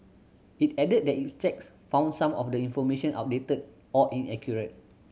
it added that its checks found some of the information outdated or inaccurate